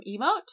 emote